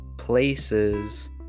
places